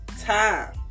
time